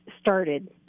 started